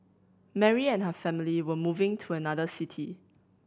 Mary and her family were moving to another city